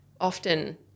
often